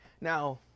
Now